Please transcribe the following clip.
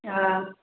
हा